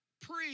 pre